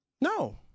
No